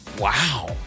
Wow